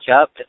up